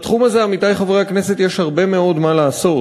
בתחום הזה, עמיתי חברי הכנסת, יש הרבה מאוד לעשות.